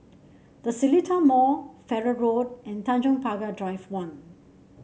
The Seletar Mall Farrer Road and Tanjong Pagar Drive One